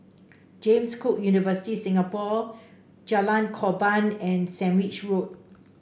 James Cook University Singapore Jalan Korban and Sandwich Road